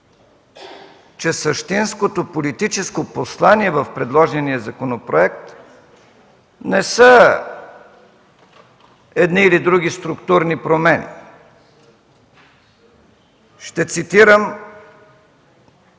че същинското политическо послание в предложения законопроект не са едни или други структурни промени. Ще цитирам